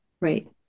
right